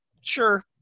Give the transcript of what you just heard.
sure